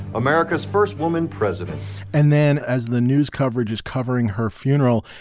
america's first woman president and then as the news coverage is covering her funeral,